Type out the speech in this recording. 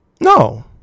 No